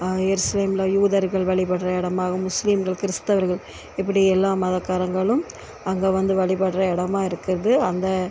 எருசலேம் யூதர்கள் வழிபடுற இடமாகவும் முஸ்லீம்கள் கிருஸ்தவர்கள் இப்படி எல்லா மதக்காரங்களும் அங்கே வந்து வழிபடுற இடமா இருக்குது அந்த